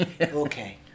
Okay